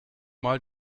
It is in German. mal